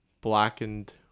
blackened